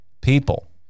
people